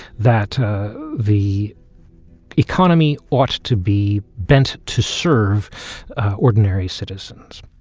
that the economy ought to be bent to serve ordinary citizens.